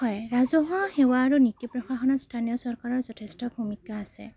হয় ৰাজহুৱা সেৱা আৰু নীতি প্ৰশাসনত স্থানীয় চৰকাৰৰ যথেষ্ট ভূমিকা আছে